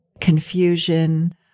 confusion